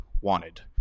wanted